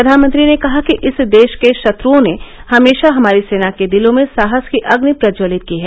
प्रधानमंत्री ने कहा कि इस देश के शत्रओं ने हमेशा हमारी सेना के दिलों में साहस की अग्नि प्रज्जवल्लित की है